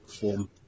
form